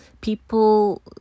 people